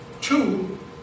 two